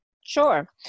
Sure